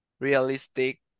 realistic